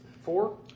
Four